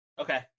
Okay